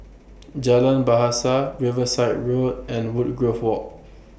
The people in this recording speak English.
Jalan Bahasa Riverside Road and Woodgrove Walk